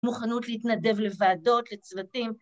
מוכנות להתנדב לוועדות, לצוותים